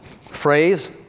phrase